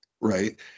right